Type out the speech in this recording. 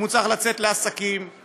אני רוצה להתייחס לדברים שעלו כאן.